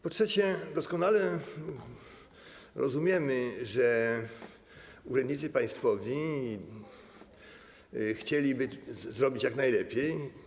Po trzecie, doskonale rozumiemy, że urzędnicy państwowi chcieliby zrobić jak najlepiej.